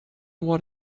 what